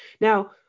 Now